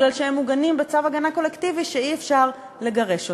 מפני שהם מוגנים בצו הגנה קולקטיבי ואי-אפשר לגרש אותם.